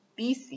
BC